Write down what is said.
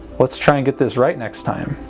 let's try and get this right next time.